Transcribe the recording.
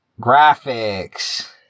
Graphics